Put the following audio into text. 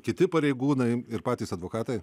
kiti pareigūnai ir patys advokatai